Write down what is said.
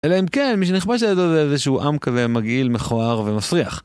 אלא אם כן, מי שנכבש לידו זה איזה שהוא עם כזה מגעיל, מכוער ומסריח.